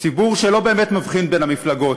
ציבור שלא באמת מבחין בין המפלגות,